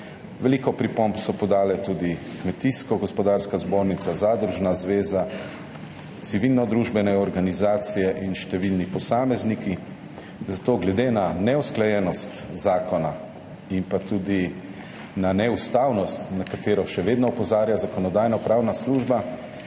Veliko pripomb so podali tudi Kmetijsko gozdarska zbornica, Zadružna zveza, civilnodružbene organizacije in številni posamezniki. Zato glede na neusklajenost zakona in tudi na neustavnost, na katero še vedno opozarja Zakonodajno-pravna služba,